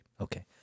okay